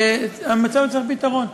והמצב מצריך פתרון.